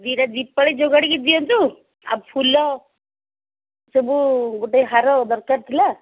ଦୁଇଟା ଦୀପରେ ଯୋଗାଡ଼ି କି ଦିଅନ୍ତୁ ଆଉ ଫୁଲ ସବୁ ଗୋଟେ ହାର ଦରକାର ଥିଲା